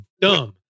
dumb